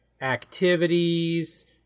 activities